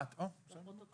אה, טוב.